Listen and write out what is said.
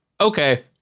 okay